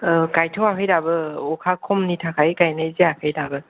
औ गायथ'याखै दाबो अखा खमनि थाखाय गायनाय जायाखौ दाबो